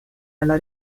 alla